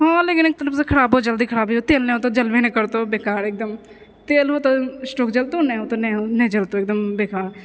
हँ लेकिन एक तरहसँ खराबो जल्दी खराबो होते नहि तेल नहि हेतौ तऽ जलबै नहि करतौ बेकार एकदम तेलमे तऽ स्टोव जलतौ नहि नहि जलतौ एकदम बेकार